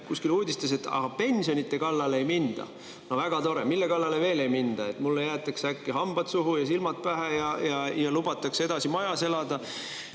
kuskil uudistes, et pensionide kallale ei minda. No väga tore! Mille kallale veel ei minda? Kas mulle jäetakse äkki hambad suhu ja silmad pähe ja lubatakse majas edasi elada?